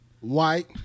White